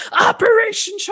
Operation